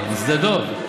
משדה דב.